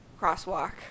crosswalk